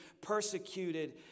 persecuted